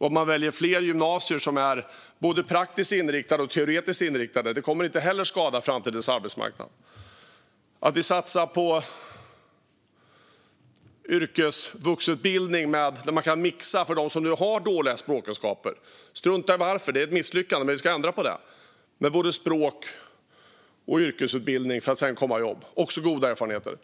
Att fler väljer gymnasier som är både praktiskt inriktade och teoretiskt inriktade kommer inte heller att skada framtidens arbetsmarknad. För dem som har dåliga språkkunskaper - strunta i varför, det är ett misslyckande som vi ska ändra på - satsar vi på yrkesvuxutbildning där både språk och yrkesutbildning mixas för att de sedan ska komma i jobb. Detta har vi också goda erfarenheter av.